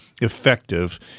effective